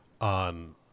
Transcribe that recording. on